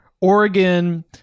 Oregon